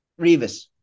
Revis